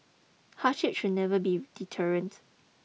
hardship should never be deterrent